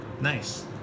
Nice